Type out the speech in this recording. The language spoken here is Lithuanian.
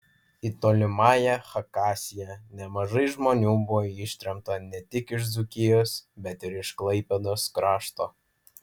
į tolimąją chakasiją nemažai žmonių buvo ištremta ne tik iš dzūkijos bet ir iš klaipėdos krašto